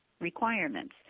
requirements